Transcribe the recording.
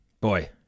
boy